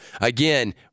Again